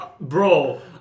Bro